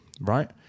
right